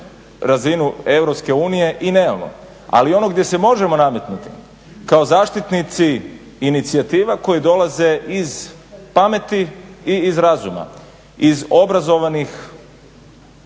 unije i nemamo. Ali ono gdje se možemo nametnuti kao zaštitnici inicijativa koje dolaze iz pameti i iz razuma. Iz obrazovanih,